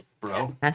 bro